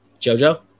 Jojo